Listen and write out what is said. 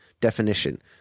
definition